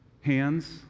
hands